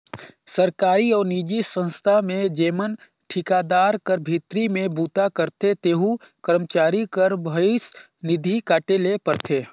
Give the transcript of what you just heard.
सरकारी अउ निजी संस्था में जेमन ठिकादार कर भीतरी में बूता करथे तेहू करमचारी कर भविस निधि काटे ले परथे